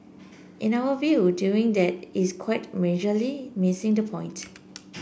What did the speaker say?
in our view doing that is quite majorly missing the point